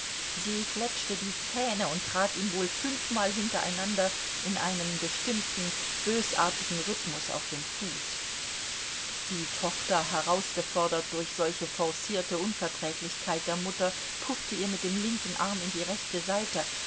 sie fletschte die zähne und trat ihm wohl fünfmal hintereinander in einem bestimmten bösartigen rhythmus auf den fuß die tochter herausgefordert durch solche forcierte unverträglichkeit der mutter puffte ihr mit dem linken arm in die rechte seite